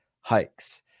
hikes